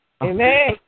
Amen